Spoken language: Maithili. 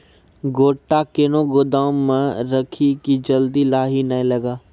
गोटा कैनो गोदाम मे रखी की जल्दी लाही नए लगा?